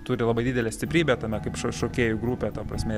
turi labai didelę stiprybę tame kaip šo šokėjų grupė ta prasme